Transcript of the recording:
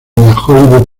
hollywood